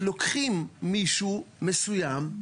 לוקחים מישהו מסוים,